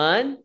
One